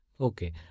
Okay